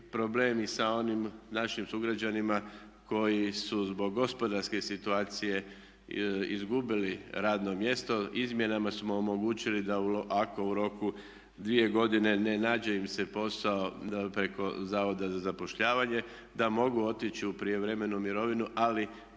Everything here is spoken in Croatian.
problem i sa onim našim sugrađanima koji su zbog gospodarske situacije izgubili radno mjesto. Izmjenama smo omogućili da ako u roku 2 godine ne nađe im se posao preko Zavoda za zapošljavanje da mogu otići u prijevremenu mirovinu ali bez